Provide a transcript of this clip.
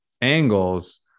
angles